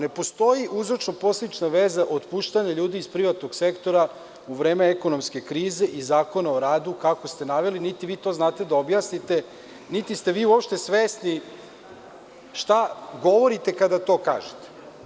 Ne postoji uzročno posledična veza otpuštanja ljudi iz privatnog sektora u vreme ekonomske krize i Zakona o radu, kako ste naveli, niti vi to znate da objasnite, niti ste vi uopšte svesni šta govorite kada to kažete.